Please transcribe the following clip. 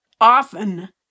often